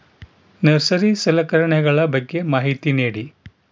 Nursery ಸಲಕರಣೆಗಳ ಬಗ್ಗೆ ಮಾಹಿತಿ ನೇಡಿ?